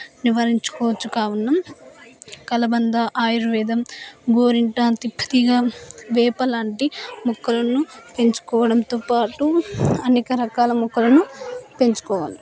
నివారించుకోవచ్చు కావున కలబంద ఆయుర్వేదం గోరింటా తిప్పతీగ వేప లాంటి మొక్కలను పెంచుకోవడంతో పాటు అనేక రకాల మొక్కలను పెంచుకోవాలి